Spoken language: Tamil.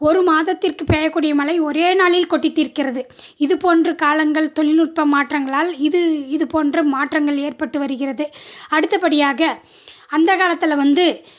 ஒரு மாதத்திற்கு பெயக்கூடிய மழை ஒரே நாளில் கொட்டித்தீர்க்கிறது இதுபோன்று காலங்கள் தொழில்நுட்ப மாற்றங்களால் இது இதுப்போன்ற மாற்றங்கள் ஏற்பட்டு வருகிறது அடுத்தபடியாக அந்தக்காலத்தில் வந்து